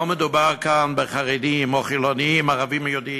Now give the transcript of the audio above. לא מדובר כאן בחרדים או חילונים, ערבים או יהודים,